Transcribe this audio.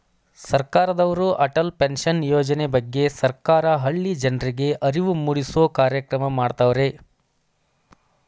ಸರ್ಕಾರದವ್ರು ಅಟಲ್ ಪೆನ್ಷನ್ ಯೋಜನೆ ಬಗ್ಗೆ ಸರ್ಕಾರ ಹಳ್ಳಿ ಜನರ್ರಿಗೆ ಅರಿವು ಮೂಡಿಸೂ ಕಾರ್ಯಕ್ರಮ ಮಾಡತವ್ರೆ